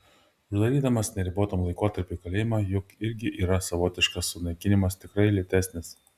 uždarymas neribotam laikotarpiui į kalėjimą juk irgi yra savotiškas sunaikinimas tiktai lėtesnis